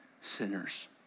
sinners